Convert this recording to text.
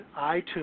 iTunes